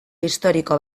historiko